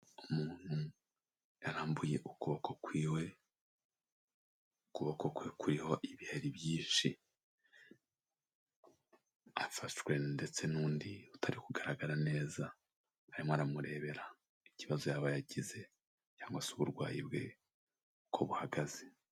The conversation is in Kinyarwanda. Umuntu yarambuye ukuboko kwiwe, ukuboko kwe kuriho ibihari byinshi, afashwe ndetse n'undi utari kugaragara neza, arimo aramurebera ikibazo yaba yagize cyangwa se uburwayi bwe uko buhagaze.